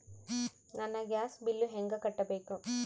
ನನ್ನ gas bill ಹೆಂಗ ಕಟ್ಟಬೇಕು?